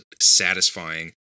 satisfying